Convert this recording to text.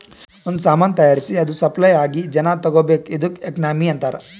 ಒಂದ್ ಸಾಮಾನ್ ತೈಯಾರ್ಸಿ ಅದು ಸಪ್ಲೈ ಆಗಿ ಜನಾ ತಗೋಬೇಕ್ ಇದ್ದುಕ್ ಎಕನಾಮಿ ಅಂತಾರ್